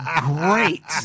great